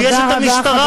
ויש המשטרה,